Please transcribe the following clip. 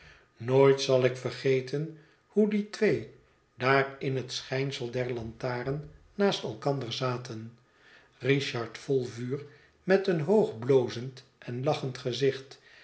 nooit zal ik vergeten hoe die twee daar in het schijnsel der lantaren naast elkander zaten richard vol vuur met een hoog blozend en lachend gezicht